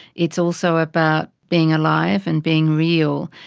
it's also about being alive and being real,